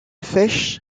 fesch